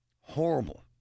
horrible